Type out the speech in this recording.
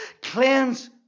cleanse